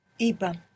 Iba